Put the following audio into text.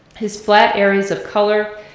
his flat areas of color,